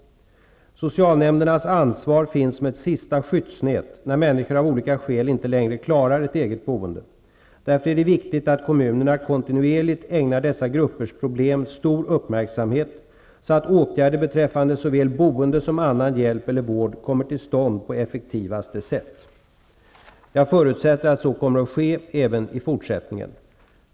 Socialnämndernas ansvar finns som ett sista skyddsnät när människor av olika skäl inte längre klarar ett eget boende. Därför är det viktigt att kommunerna kontinuerligt ägnar dessa gruppers problem stor uppmärksamhet så att åtgärder beträffande såväl boende som annan hjälp eller vård kommer till stånd på effektivaste sätt. Jag förutsätter att så kommer att ske även i fortsättningen.